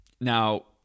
now